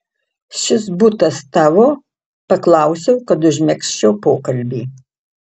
šis butas tavo paklausiau kad užmegzčiau pokalbį